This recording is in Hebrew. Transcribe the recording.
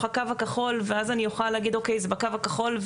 הקו הכחול ואז אני אוכל להגיד אוקיי זה בקו הכחול,